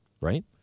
right